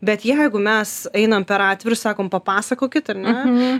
bet jeigu mes einam per atvirus sakom papasakokit ar ne